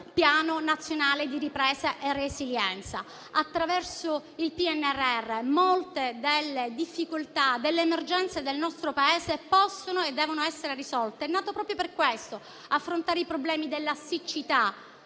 Piano nazionale di ripresa e resilienza. Attraverso il PNRR molte delle difficoltà e delle emergenze del nostro Paese possono e devono essere risolte: quel Piano è nato proprio per questo, ad esempio per affrontare i problemi della siccità.